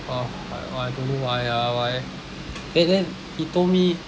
oh I !wah! I don't know why ah why then then he told me